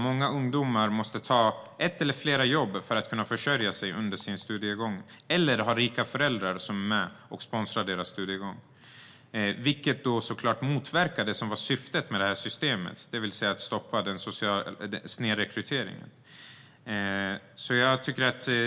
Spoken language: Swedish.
Många ungdomar måste ta ett eller flera jobb för att kunna försörja sig under studiegången. Annars behöver de ha rika föräldrar som sponsrar deras studier. Detta motverkar såklart syftet med systemet, det vill säga att stoppa social snedrekrytering.